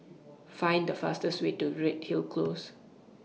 Find The fastest Way to Redhill Close